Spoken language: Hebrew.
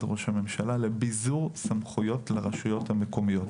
ראש הממשלה לביזור סמכויות לרשויות המקומיות.